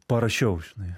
parašiau žinai